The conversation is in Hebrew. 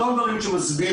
אותם דברים שמסבירים,